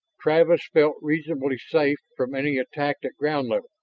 travis felt reasonably safe from any attack at ground level,